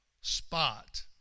spot